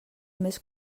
més